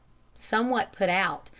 somewhat put out,